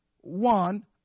one